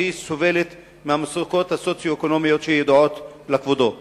שסובלת ממצוקות סוציו-אקונומיות שידועות לכבודו.